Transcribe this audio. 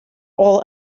all